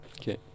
Okay